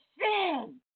sin